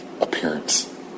appearance